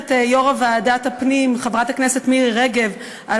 ועדת הפנים חברת הכנסת מירי רגב על